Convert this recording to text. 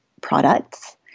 products